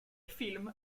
film